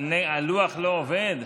הלוח לא עובד?